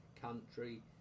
country